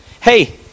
Hey